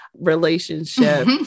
relationship